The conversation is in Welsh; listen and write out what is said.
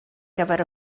gyfer